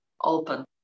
open